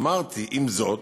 אמרתי, עם זאת,